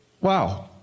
wow